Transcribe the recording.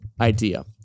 idea